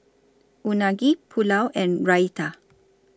Unagi Pulao and Raita